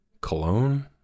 Cologne